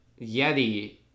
Yeti